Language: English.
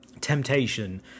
temptation